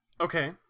Okay